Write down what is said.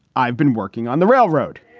i've been working on the railroad.